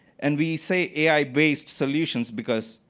and we say ai-based solutions, because